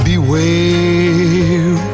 Beware